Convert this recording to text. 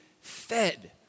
fed